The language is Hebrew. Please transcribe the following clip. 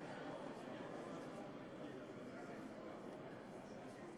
הראשונה, והזכרת